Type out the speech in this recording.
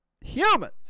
humans